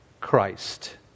Christ